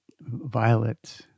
violet